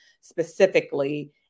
specifically